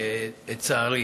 עד כאן, יקירי.